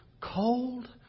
cold